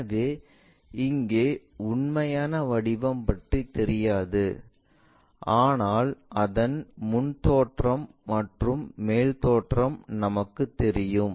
எனவே இங்கே உண்மையான வடிவம் பற்றி தெரியாது ஆனால் அதன் முன் தோற்றம் மற்றும் மேல் தோற்றம் நமக்குத் தெரியும்